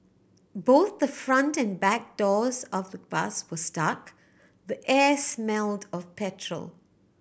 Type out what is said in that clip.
both the front and back doors of the bus were stuck the air smelled of petrol